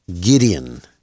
Gideon